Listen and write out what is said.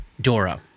Dora